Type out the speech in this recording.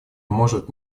может